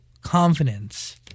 Confidence